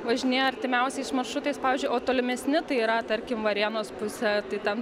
važinėja artimiausiais maršrutais pavyzdžiui o tolimesni tai yra tarkim varėnos pusė tai ten